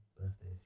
birthday